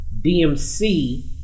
dmc